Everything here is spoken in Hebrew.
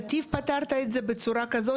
פתרת את זה עם נתיב בצורה כזאת